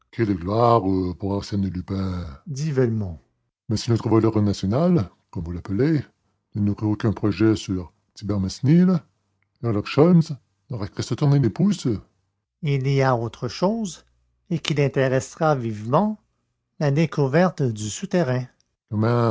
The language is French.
arsène lupin dit velmont mais si notre voleur national comme vous l'appelez ne nourrit aucun projet sur thibermesnil herlock sholmès n'aura qu'à se tourner les pouces il y a autre chose et qui l'intéressera vivement la découverte du souterrain